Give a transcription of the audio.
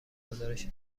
گزارش